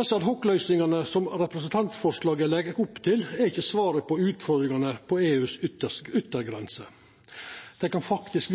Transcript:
som representantforslaget legg opp til, er ikkje svaret på utfordringane på yttergrensa til EU. Dei kan tvert imot